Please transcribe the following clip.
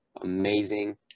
amazing